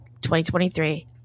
2023